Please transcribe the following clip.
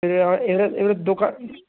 এবারে এবারে দোকান